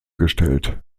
gestellt